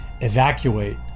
evacuate